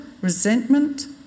resentment